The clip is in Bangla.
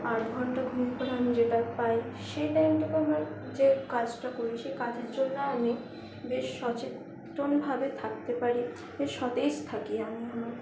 আট ঘণ্টা ঘুম যেটা আমি পাই সেটায় টাইমটায় আমার যে কাজটা করি সে কাজের জন্যে আমি বেশ সচেতনভাবে থাকতে পারি বেশ সতেজ থাকি আমি